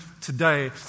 today